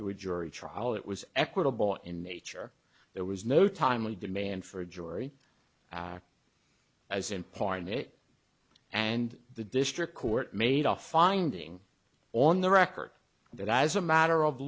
to a jury trial it was equitable in nature there was no timely demand for a jury as in part in it and the district court made a finding on the record that as a matter of